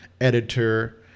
Editor